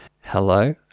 Hello